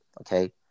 okay